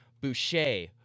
Boucher